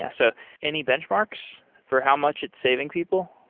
yeah so any benchmarks for how much it's saving people?